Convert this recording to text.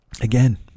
again